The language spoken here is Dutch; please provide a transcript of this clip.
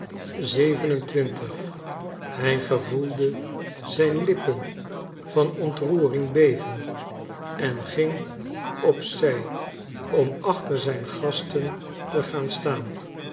xxvii hij voelde zijn lippen van ontroering beven en ging op zij om achter zijn gasten te gaan staan